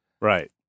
Right